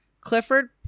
Clifford